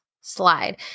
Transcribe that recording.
slide